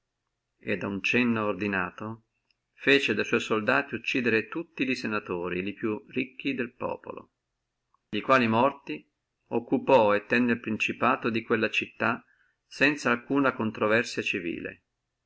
ad uno cenno ordinato fece da sua soldati uccidere tutti li senatori e li più ricchi del popolo i quali morti occupò e tenne el principato di quella città sanza alcuna controversia civile